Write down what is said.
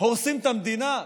הורסים את המדינה?